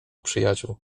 przyjaciół